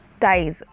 ties